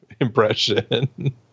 impression